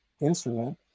instrument